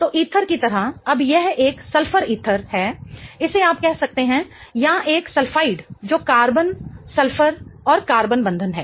तो ईथर की तरह अब यह एक सल्फर ईथर है इसे आप कह सकते हैं या एक सल्फाइड जो कार्बन सल्फर और कार्बन बंधन है